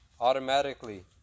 automatically